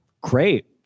great